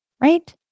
right